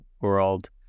world